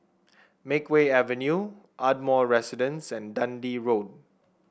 Makeway Avenue Ardmore Residence and Dundee Road